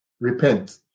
repent